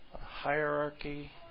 Hierarchy